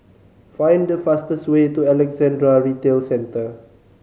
find the fastest way to Alexandra Retail Centre